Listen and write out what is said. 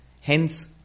hence